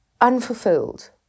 unfulfilled